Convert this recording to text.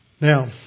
Now